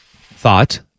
thought